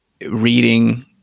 reading